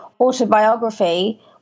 autobiography